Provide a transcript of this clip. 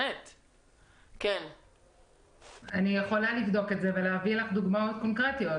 אני יכולה לבדוק את זה ולהביא לך דוגמאות קונקרטיות,